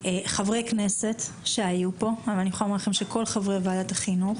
וחברי כנסת שהיו פה אני יכולה לומר לכם שזה כל חברי ועדת החינוך